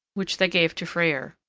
which they gave to freyr,